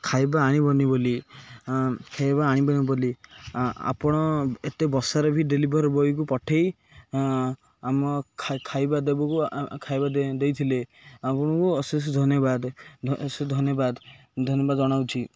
ଖାଇବା ଆଣିବନି ବୋଲି ଖାଇବା ଆଣିବନି ବୋଲି ଆପଣ ଏତେ ବର୍ଷାରେ ବି ଡେଲିଭରି ବୟକୁ ପଠାଇ ଆମ ଖାଇବା ଖାଇବା ଦେଇଥିଲେ ଆପଣଙ୍କୁ ଅଶେଷ ଧନ୍ୟବାଦ ଧନ୍ୟବାଦ ଧନ୍ୟବାଦ ଜଣାଉଛି